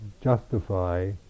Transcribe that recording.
justify